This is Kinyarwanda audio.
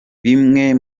bimwe